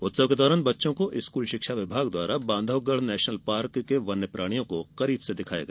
उत्सव के दौरान बच्चों को स्कूल शिक्षा विभाग द्वारा बांधवगढ़ नेशनल पार्क के वन्यप्राणियों को करीब से दिखाया गया